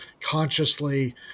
consciously